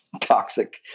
Toxic